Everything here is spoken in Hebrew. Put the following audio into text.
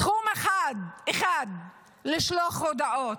בתחום אחד, לשלוח הודעות.